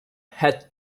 had